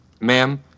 Ma'am